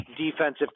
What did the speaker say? defensive